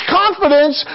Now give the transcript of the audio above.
confidence